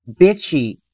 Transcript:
Bitchy